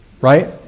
right